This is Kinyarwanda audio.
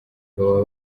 baba